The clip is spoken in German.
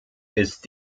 ist